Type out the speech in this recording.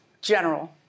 general